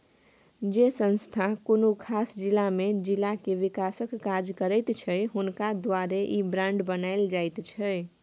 जे संस्था कुनु खास जिला में जिला के विकासक काज करैत छै हुनका द्वारे ई बांड बनायल जाइत छै